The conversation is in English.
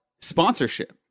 sponsorship